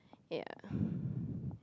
ya